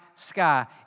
sky